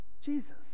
Jesus